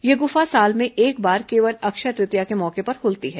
यह गुफा साल में एक बार केवल अक्षय तृतीया के मौके पर खुलती है